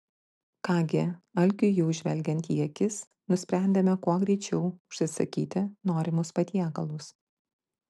ką gi alkiui jau žvelgiant į akis nusprendėme kuo greičiau užsisakyti norimus patiekalus